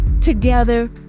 Together